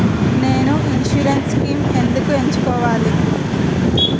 నేను insurance schemes ఎందుకు ఎంచుకోవాలి?